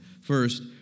First